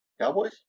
Cowboys